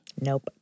Nope